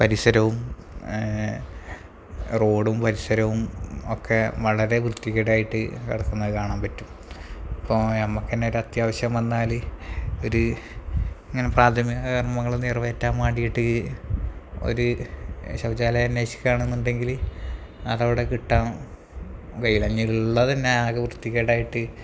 പരിസരവും റോഡും പരിസരവും ഒക്കെ വളരെ വൃത്തികേടായിട്ട് കിടക്കുന്നത് കാണാൻ പറ്റും ഇപ്പോള് നമുക്കു തന്നെ ഒരു അത്യാവശ്യം വന്നാല് ഒരു ഇങ്ങനെ പ്രാഥമിക കർമ്മങ്ങള് നിറവേറ്റാൻ വേണ്ടിയിട്ട് ഒരു ശൗചാലയം അന്വേഷിക്കണമെന്നുണ്ടെങ്കില് അതവിടെ കിട്ടാൻ കഴിയൂല ഇനിയുള്ളതുതന്നെ ആകെ വൃത്തികേടായിട്ട്